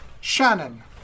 Shannon